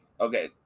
okay